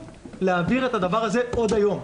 להעביר את הדבר הזה עוד היום.